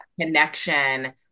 connection